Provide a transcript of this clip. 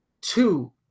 two